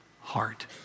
heart